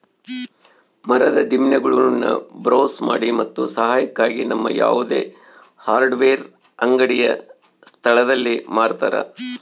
ಮರದ ದಿಮ್ಮಿಗುಳ್ನ ಬ್ರೌಸ್ ಮಾಡಿ ಮತ್ತು ಸಹಾಯಕ್ಕಾಗಿ ನಮ್ಮ ಯಾವುದೇ ಹಾರ್ಡ್ವೇರ್ ಅಂಗಡಿಯ ಸ್ಥಳದಲ್ಲಿ ಮಾರತರ